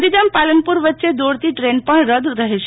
ગાંધીધામ પાલનપુર વચ્ચે દોડતી દ્રેન પણ રદ રહેશે